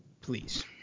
Please